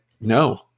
no